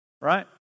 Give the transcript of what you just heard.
Right